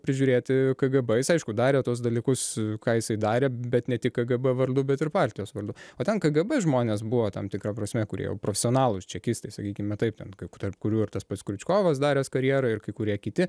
prižiūrėti kgb jis aišku darė tuos dalykus ką jisai darė bet ne tik kgb vardu bet ir partijos vardu o ten kgb žmonės buvo tam tikra prasme kurie jau profesionalūs čekistai sakykime taip ten tarp kurių ir tas pats kriučkovas daręs karjerą ir kai kurie kiti